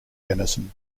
denison